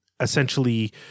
essentially